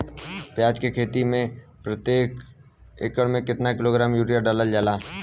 प्याज के खेती में प्रतेक एकड़ में केतना किलोग्राम यूरिया डालल जाला?